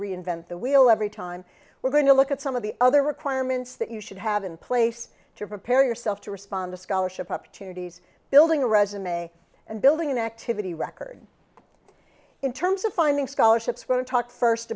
reinvent the wheel every time we're going to look at some of the other requirements that you should have in place to prepare yourself to respond to scholarship opportunities building a resume and building an activity record in terms of finding scholarships want to talk first